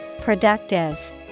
Productive